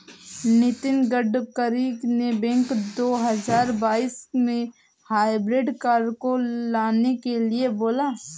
नितिन गडकरी ने वर्ष दो हजार बाईस में हाइब्रिड कार को लाने के लिए बोला